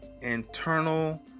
internal